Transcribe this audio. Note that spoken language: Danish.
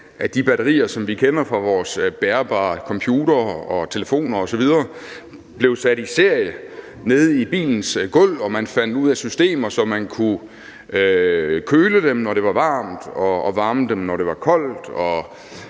af de batterier, som vi kender fra vores bærbare computere, telefoner osv., blev sat i serie nede i bilens gulv, og man fandt ud af systemer, så man kunne køle dem, når det var varmt, og varme dem, når det var koldt, og